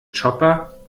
chopper